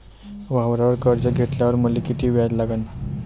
वावरावर कर्ज घेतल्यावर मले कितीक व्याज लागन?